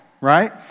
right